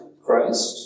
Christ